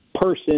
person